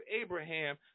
Abraham